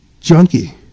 junkie